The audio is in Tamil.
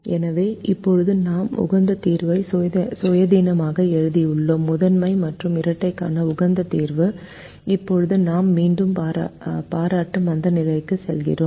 எனவே இப்போது நாம் உகந்த தீர்வை சுயாதீனமாக எழுதியுள்ளோம் முதன்மை மற்றும் இரட்டைக்கான உகந்த தீர்வுக்கு இப்போது நாம் மீண்டும் பாராட்டு மந்தநிலைக்கு செல்கிறோம்